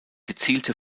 gezielte